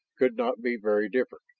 could not be very different.